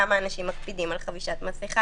כמה אנשים מקפידים על עטיית מסכה.